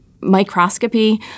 microscopy